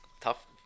tough